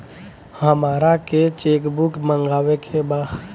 हमारा के cheque book मगावे के बा?